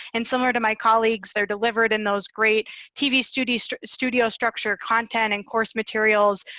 and similar to my colleagues, they're delivered in those great tv studio, studio structure content and course materials.